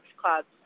clubs